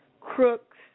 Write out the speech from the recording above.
crooks